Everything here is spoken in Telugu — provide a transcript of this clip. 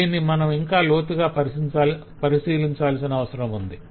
దీన్ని మనం ఇంకా లోతుగా పరిశీలించాల్సిన అవసరం ఉంది